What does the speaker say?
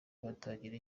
batagira